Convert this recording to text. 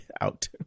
out